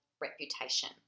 reputation